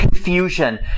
confusion